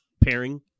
pairing